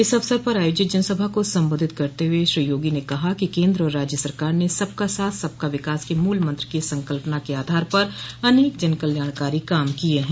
इस अवसर पर आयोजित जनसभा को सम्बोधित करते हुए श्री योगी ने कहा कि केन्द्र और राज्य सरकार ने सबका साथ सबका विकास के मूलमंत्र की संकल्पना के आधार पर अनेक जनकल्याणकारी काम किये हैं